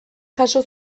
jaso